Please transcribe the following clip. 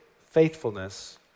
Faithfulness